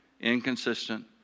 inconsistent